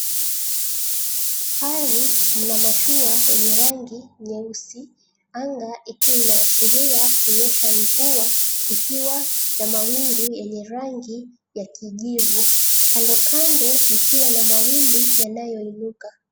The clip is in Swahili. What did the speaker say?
Bahari mna mashua yenye rangi nyeusi, anga ikiwa inaashiria kunyesha mvua ikiwa na mawingu yenye rangi ya kijivu. Kando kando mkiwa na mawimbi yanayoinuka.